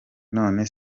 none